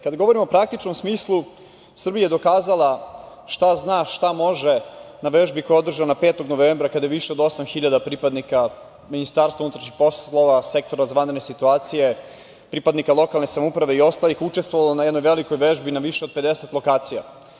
Kada govorimo o praktičnom smislu Srbija je dokazala šta zna, šta može na vežbi koja je održana 5. novembra kada je više od osam hiljada pripadnika MUP-a, Sektora za vanredne situacije, pripadnika lokalne samouprave i ostalih učestvovalo na jednoj velikoj vežbi na više od 50 lokacija.